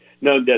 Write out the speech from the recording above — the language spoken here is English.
No